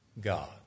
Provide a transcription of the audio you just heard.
God